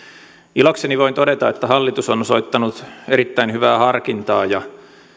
ilokseni voin todeta että hallitus on osoittanut erittäin hyvää harkintaa ja